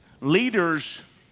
leaders